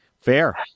Fair